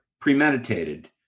premeditated